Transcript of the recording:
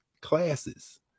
classes